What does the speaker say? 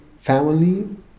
family